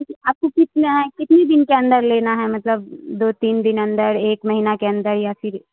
آپ کو کتنے کتنے دن کے اندر لینا ہے مطلب دو تین دن اندر ایک مہینہ کے اندر یا پھر